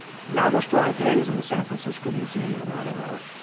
now, this drawing today is in the san francisco museum of modern art.